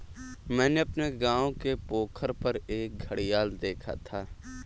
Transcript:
मैंने अपने गांव के पोखर पर एक घड़ियाल देखा था